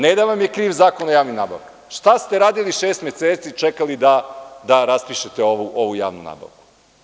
Ne da vam je kriv Zakon o javnim nabavkama, šta ste radili šest meseci i čekali da raspišete ovu javnu nabavku?